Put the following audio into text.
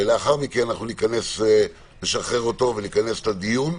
לאחר מכן נשחרר אותו ונתכנס לדיון.